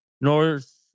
North